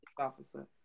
officer